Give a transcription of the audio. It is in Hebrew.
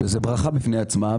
שזה ברכה בפני עצמה,